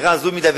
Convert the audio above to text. נראה הזוי מדי,